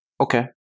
Okay